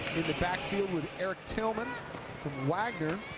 in the backfield with erik tilghman from wagner.